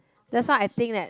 that's why I think that